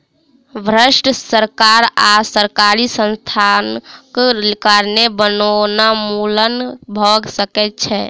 भ्रष्ट सरकार आ सरकारी संस्थानक कारणें वनोन्मूलन भ सकै छै